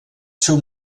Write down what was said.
seu